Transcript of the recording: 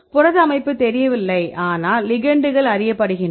புரத அமைப்பு தெரியவில்லை ஆனால் லிகெெண்டுகள் அறியப்படுகின்றன